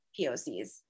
POCs